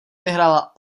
vyhrála